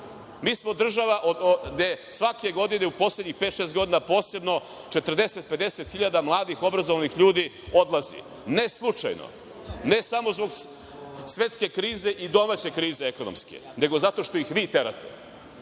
Mi smo država gde svake godine, u poslednjih pet, šest godina posebno u 40.000, 50.000 mladih obrazovanih ljudi odlazi, ne slučajno, ne samo zbog svetske krize i domaće ekonomske krize, nego zato što ih vi terate,